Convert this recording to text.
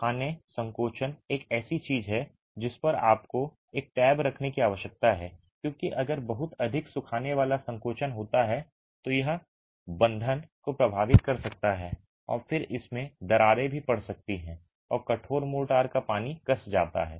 सुखाने संकोचन एक ऐसी चीज है जिस पर आपको एक टैब रखने की आवश्यकता है क्योंकि अगर बहुत अधिक सुखाने वाला संकोचन होता है तो यह बंधन को प्रभावित कर सकता है और फिर इसमें दरारें भी पड़ सकती हैं और कठोर मोर्टार का पानी कस जाता है